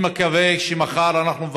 אני מקווה שמחר אנחנו,